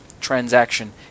transaction